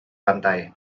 pantai